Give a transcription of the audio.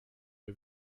wir